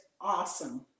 awesome